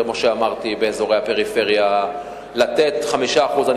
כמו שאמרתי: באזורי הפריפריה לתת 5%. אני